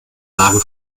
lage